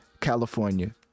California